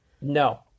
no